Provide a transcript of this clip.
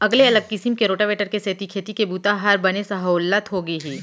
अगले अलग किसम के रोटावेटर के सेती खेती के बूता हर बने सहोल्लत होगे हे